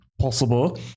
possible